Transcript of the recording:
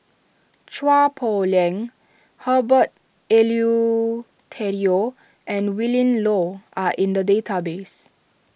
Chua Poh Leng Herbert Eleuterio and Willin Low are in the database